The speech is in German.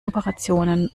operationen